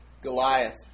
Goliath